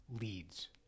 leads